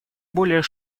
более